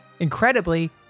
Incredibly